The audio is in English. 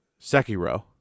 Sekiro